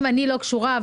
אם אני לא קשורה,